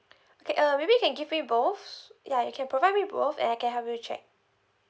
okay uh maybe you can give me both ya you can provide me both and I can help you check